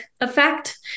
effect